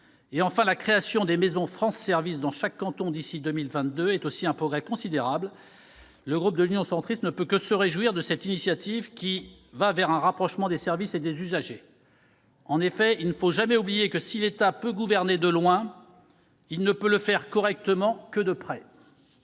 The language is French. et, enfin, la création de maisons France services dans chaque canton d'ici à 2022, qui représente un progrès considérable. Mon groupe ne peut que se réjouir de cette initiative, qui favorise un rapprochement entre les services et les usagers. Il ne faut jamais oublier que, si l'État peut gouverner de loin, il ne peut le faire correctement que de près.